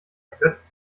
ergötzt